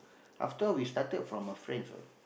after we started from a friends right